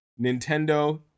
Nintendo